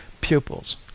Pupils